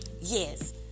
Yes